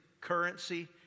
currency